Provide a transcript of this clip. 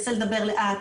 להערות.